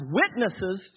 witnesses